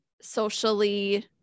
socially